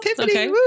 Okay